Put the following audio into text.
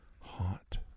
hot